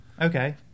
Okay